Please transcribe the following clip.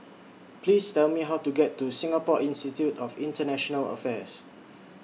Please Tell Me How to get to Singapore Institute of International Affairs